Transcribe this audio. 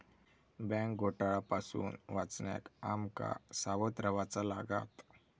bank घोटाळा पासून वाचण्याक आम का सावध रव्हाचा लागात